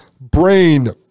brain